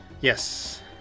Yes